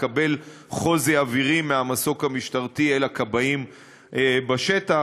לקבל חוזי אווירי מהמסוק המשטרתי אל הכבאים בשטח.